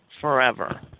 forever